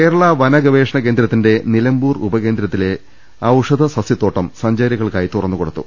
കേരള വനഗവേഷണ കേന്ദ്രത്തിന്റെ നിലമ്പൂർ ഉപകേന്ദ്രത്തിന്റെ ഔഷധസസ്യത്തോട്ടം സഞ്ചാരികൾക്കായി തുറന്നുകൊടുത്തു